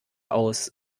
aus